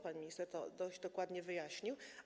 Pan minister to dość dokładnie wyjaśnił.